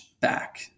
back